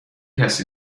کسی